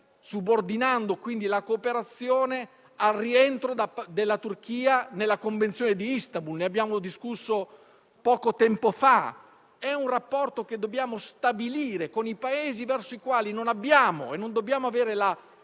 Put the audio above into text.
subordinando quindi la cooperazione al suo rientro nella Convenzione di Istanbul. Ne abbiamo discusso poco tempo fa. È un rapporto che dobbiamo stabilire con i Paesi verso i quali non abbiamo e non dobbiamo avere la